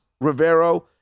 Rivero